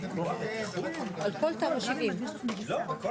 ככל שיהיו לנו הסכמות